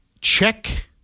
Check